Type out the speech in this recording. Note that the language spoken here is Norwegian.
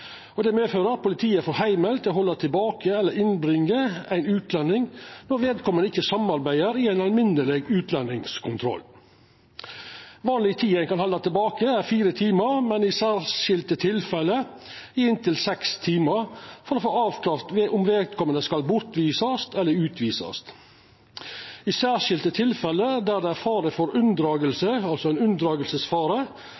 Det medfører at politiet får heimel til å halda tilbake eller innbringa ein utlending når vedkomande ikkje samarbeider i ein alminneleg utlendingskontroll. Vanleg tid ein kan halda tilbake, er fire timar, men i særskilte tilfelle inntil seks timar, for å få avklart om vedkomande skal bortvisast eller utvisast. I særskilte tilfelle der det er fare for